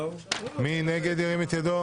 מי נגד, ירים את ידו.